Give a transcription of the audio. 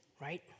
right